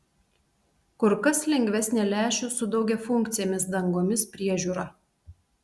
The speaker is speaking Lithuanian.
kur kas lengvesnė lęšių su daugiafunkcėmis dangomis priežiūra